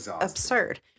absurd